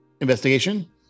Investigation